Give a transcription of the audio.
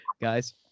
guys